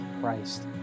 Christ